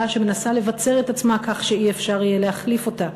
שמנסה לבצר את עצמה כך שאי-אפשר להחליף אותה.